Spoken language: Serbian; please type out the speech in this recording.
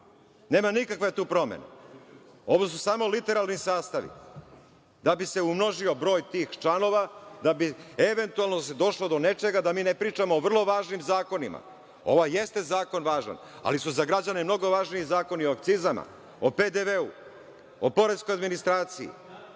Nema nikakve tu promene. Ovo su samo literalni sastavi da bi se umnožio broj tih članova, da bi eventualno se došlo do nečega da mi ne pričamo o vrlo važnim zakonima. Ovo jeste važan zakon, ali su za građane mnogo važniji zakoni o akcizama, PDV, o poreskoj administraciji,